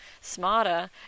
smarter